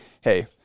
hey